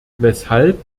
weshalb